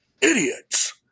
Idiots